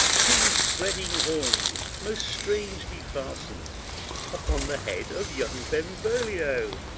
two spreading horns most strangely fastened upon the head of young benvolio!